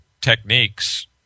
techniques